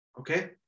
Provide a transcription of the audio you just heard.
okay